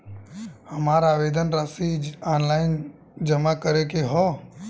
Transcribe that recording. हमार आवेदन राशि ऑनलाइन जमा करे के हौ?